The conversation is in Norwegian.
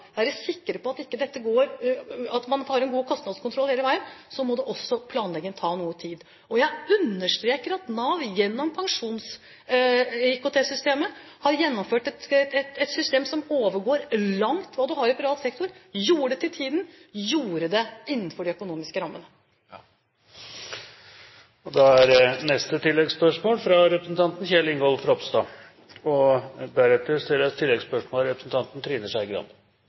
man har en god kostnadskontroll hele veien, må også planleggingen ta noe tid. Jeg understreker at Nav gjennom pensjons-IKT-systemet har gjennomført et system som langt overgår hva man har i privat sektor, og de gjorde det til tiden og innenfor de økonomiske rammene. Kjell Ingolf Ropstad – til oppfølgingsspørsmål. Jeg må smile litt når jeg hører at man diskuterer utsettelse av uførereformen. Den er